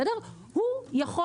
הוא יכול